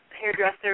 hairdresser